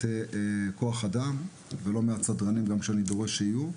כוח אדם ולא מעט סדרנים שאני דורש שיהיו,